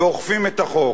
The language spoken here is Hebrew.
ואוכפים את החוק.